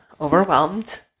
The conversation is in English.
overwhelmed